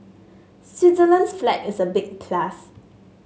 Switzerland's flag is a big plus